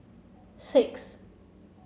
six